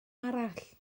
arall